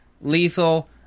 Lethal